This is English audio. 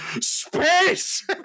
Space